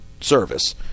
service